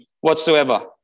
whatsoever